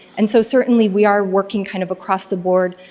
and so, certainly we are working kind of across the board,